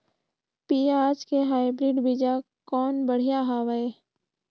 पियाज के हाईब्रिड बीजा कौन बढ़िया हवय?